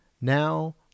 Now